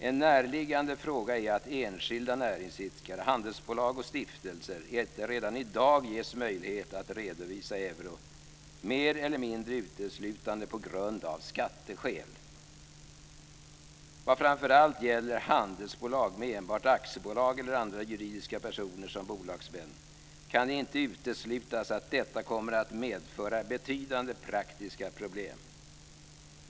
En närliggande fråga är att enskilda näringsidkare, handelsbolag och stiftelser inte redan i dag ges möjlighet att redovisa i euro, mer eller mindre uteslutande av skatteskäl. Vad framför allt gäller handelsbolag med enbart aktiebolag eller andra juridiska personer som bolagsmän kan det inte uteslutas att detta kommer att medföra betydande praktiska problem.